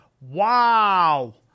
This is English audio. Wow